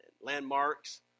landmarks